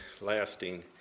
lasting